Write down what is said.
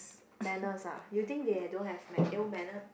manners ah you think they have don't have ma~ ill mannered